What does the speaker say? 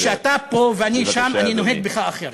כשאתה פה ואני שם אני נוהג בך אחרת.